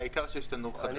העיקר שיש תנור חדש.